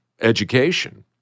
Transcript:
education